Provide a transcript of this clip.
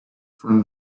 from